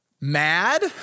mad